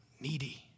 needy